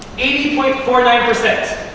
eighty point four nine